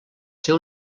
ser